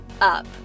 up